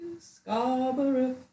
Scarborough